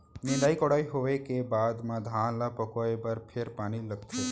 निंदई कोड़ई होवे के बाद म धान ल पकोए बर फेर पानी लगथे